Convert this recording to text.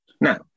Now